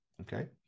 okay